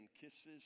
kisses